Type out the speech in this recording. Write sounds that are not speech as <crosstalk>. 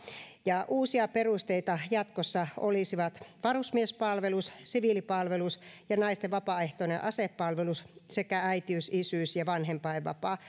uusia perusteita jatkossa olisivat varusmiespalvelus siviilipalvelus ja naisten vapaaehtoinen asepalvelus sekä äitiys isyys ja vanhempainvapaa <unintelligible>